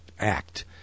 act